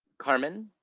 carmen.